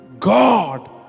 God